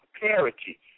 parity